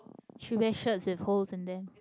she wear shirts with holes in them